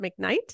McKnight